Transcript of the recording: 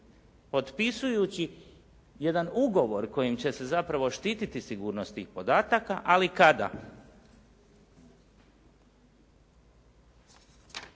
potpisujući jedan ugovor kojim će se zapravo štititi sigurnost tih podataka, ali kada?